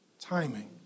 timing